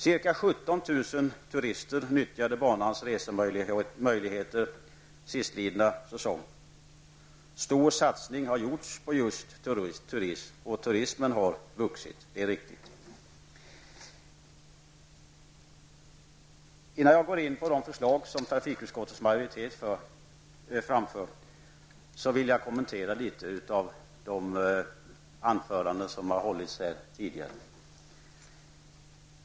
Ca 17 000 turister nyttjade banans resemöjligheter sistlidna säsong. Stor satsning har gjorts på just turism och turismen har vuxit. Innan jag går in på de förslag som trafikutskottets majoritet har framfört, vill jag kommentera några av de anföranden som har hållits här tidigare.